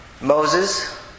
Moses